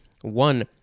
One